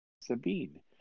sabine